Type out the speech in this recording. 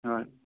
হয়